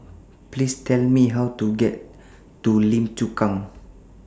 Please Tell Me How to get to Lim Chu Kang